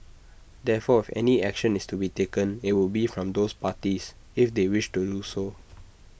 therefore if any action is to be taken IT would be from those parties if they wish to do so